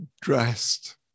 dressed